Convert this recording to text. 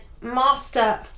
master